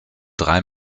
drei